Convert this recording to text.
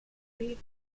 fate